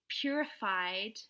purified